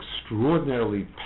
extraordinarily